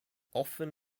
often